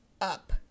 up